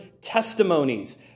testimonies